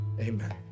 Amen